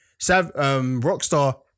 rockstar